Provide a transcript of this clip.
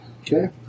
Okay